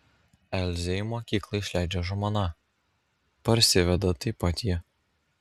elzę į mokyklą išleidžia žmona parsiveda taip pat ji